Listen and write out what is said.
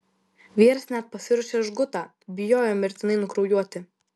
vyras net pasiruošė žgutą bijojo mirtinai nukraujuoti